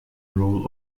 role